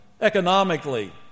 economically